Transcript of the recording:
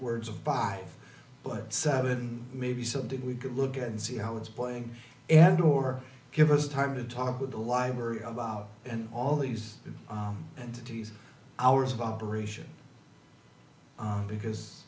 words of five but seven may be something we could look at and see how it's playing and or give us time to talk with the library about and all these entities hours of operation because